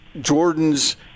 Jordan's